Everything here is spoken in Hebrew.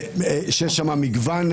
ויש שם מגוון,